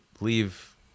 leave